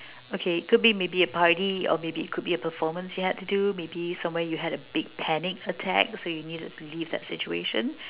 okay could be maybe a party or maybe could be a performance you had to do maybe somewhere you had a big panic attack so you needed to leave that situation